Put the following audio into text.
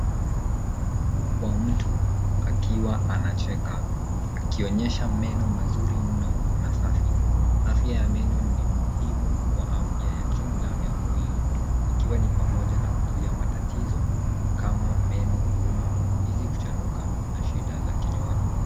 Mdomo wa mtu akiwa anacheka akionyesha meno mazuri mno na safi. Afya ya meno ni muhimu kwa afya ya jumla ya mwili ikiwa ni pamoja na kuzuia matatizo kama meno kuuma, fizi kuchanuka na shida za kinywani.